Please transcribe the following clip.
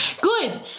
good